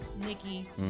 Nikki